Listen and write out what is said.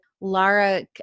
Lara